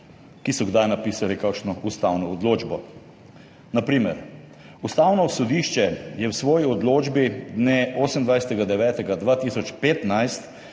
ki so kdaj napisali kakšno ustavno odločbo. Na primer, Ustavno sodišče je v svoji odločbi dne 28. 9. 2015,